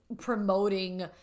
Promoting